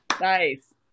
Nice